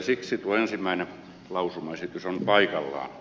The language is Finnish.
siksi tuo ensimmäinen lausumaesitys on paikallaan